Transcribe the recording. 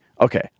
okay